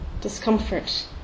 discomfort